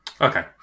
Okay